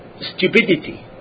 stupidity